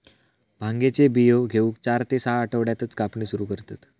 भांगेचे बियो घेऊक चार ते सहा आठवड्यातच कापणी सुरू करतत